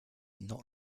knot